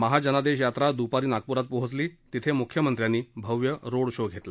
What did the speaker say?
महाजनादेश यात्रा दुपारी नागपुरात पोहोचली तिथे मुख्यमंत्र्यांनी भव्य रोड शो घेतला